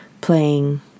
playing